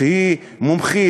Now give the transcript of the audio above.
שהיא מומחית,